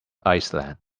iceland